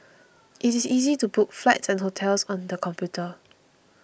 it is easy to book flights and hotels on the computer